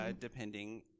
depending